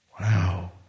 Wow